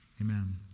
Amen